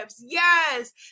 Yes